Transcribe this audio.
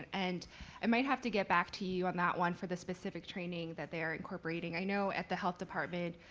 and i may have to get back to you on that one for the specific training that they're incorporating. you know at the health department